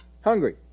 hungry